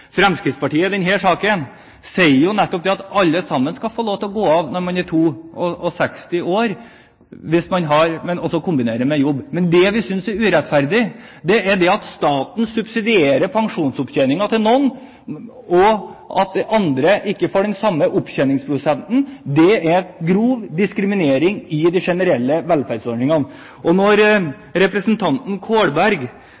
I denne saken sier jo Fremskrittspartiet nettopp at alle sammen skal få lov til å gå av når man er 62 år og kombinere det med jobb. Men det vi synes er urettferdig, er at staten subsidierer pensjonsopptjeningen til noen, og at andre ikke får den samme opptjeningsprosenten. Det er grov diskriminering i de generelle velferdsordningene. Når representanten Kolberg minner oss på at dette er kjempet fram av fagbevegelsen nettopp for at sliterne skal kunne gå av når